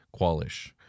qualish